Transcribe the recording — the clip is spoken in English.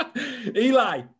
Eli